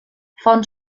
font